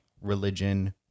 religion